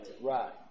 Right